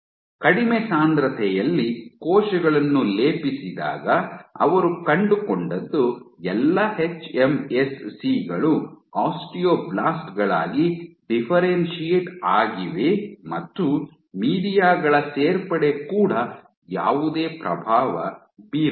ಕಡಿಮೆ ಸಾಂದ್ರತೆಯಲ್ಲಿ ಕೋಶಗಳನ್ನು ಲೇಪಿಸಿದಾಗ ಅವರು ಕಂಡುಕೊಂಡದ್ದು ಎಲ್ಲಾ ಎಚ್ಎಂಎಸ್ಸಿ ಗಳು ಆಸ್ಟಿಯೋಬ್ಲಾಸ್ಟ್ ಗಳಾಗಿ ಡಿಫ್ಫೆರೆನ್ಶಿಯೇಟ್ ಆಗಿವೆ ಮತ್ತು ಮೀಡಿಯಾ ಗಳ ಸೇರ್ಪಡೆ ಕೂಡ ಯಾವುದೇ ಪ್ರಭಾವ ಬೀರಲಿಲ್ಲ